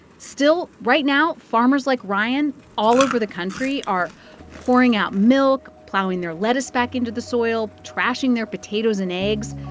still, right now, farmers like ryan all over the country are pouring out milk, plowing their lettuce back into the soil, trashing their potatoes and eggs.